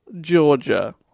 Georgia